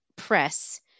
press